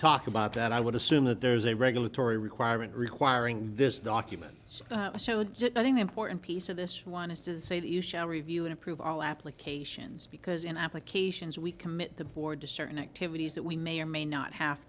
talk about that i would assume that there's a regulatory requirement requiring this document showed nothing important piece of this one is to say that you shall review and approve all applications because in applications we commit the board to certain activities that we may or may not have